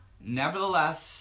Nevertheless